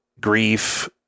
Grief